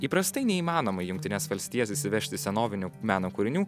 įprastai neįmanoma į jungtines valstijas įsivežti senovinių meno kūrinių